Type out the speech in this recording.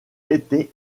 été